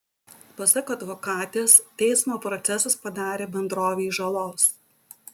pasak advokatės teismo procesas padarė bendrovei žalos